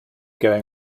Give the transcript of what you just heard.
going